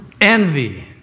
Envy